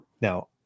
now